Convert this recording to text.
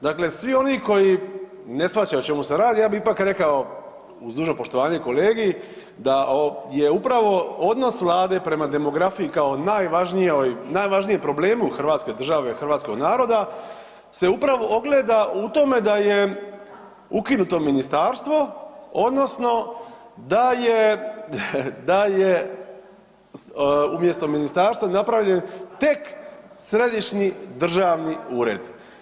Dakle, svi oni koji ne shvaćaju o čemu se radi, ja bi ipak rekao uz dužno poštovanje kolegi, da je upravo odnos Vlade prema demografiji kao najvažnijem problemu hrvatske države, hrvatskog naroda se upravo ogleda u tome da je ukinuto ministarstvo odnosno da je umjesto ministarstva napravljen tek središnji državni ured.